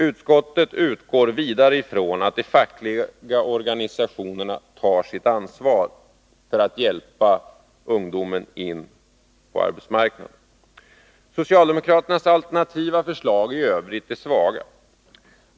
Utskottet utgår vidare från att de fackliga organisationerna tar sitt ansvar för att hjälpa ungdomen in på arbetsmarknaden. Socialdemokraternas alternativa förslag i övrigt är svaga.